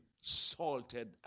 salted